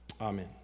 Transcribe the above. Amen